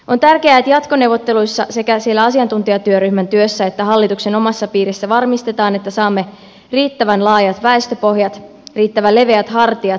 on tärkeää että jatkoneuvotteluissa sekä asiantuntijatyöryhmän työssä että hallituksen omassa piirissä varmistetaan että saamme riittävän laajat väestöpohjat riittävän leveät hartiat palvelujen järjestämiseen